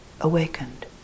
awakened